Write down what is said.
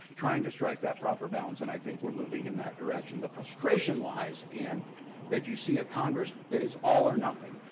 trying to strike that proper balance. and i think we're moving in that direction. the frustration lies in that you see a congress that is all or nothing.